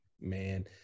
man